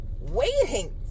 waiting